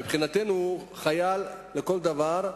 מבחינתנו הוא חייל לכל דבר,